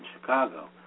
Chicago